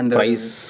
price